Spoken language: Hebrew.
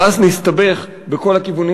ואז נסתבך בכל הכיוונים,